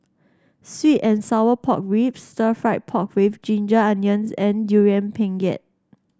sweet and Sour Pork Ribs Stir Fried Pork with Ginger Onions and Durian Pengat